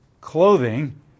clothing